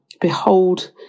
Behold